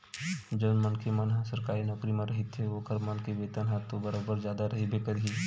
जउन मनखे मन ह सरकारी नौकरी म रहिथे ओखर मन के वेतन ह तो बरोबर जादा रहिबे करही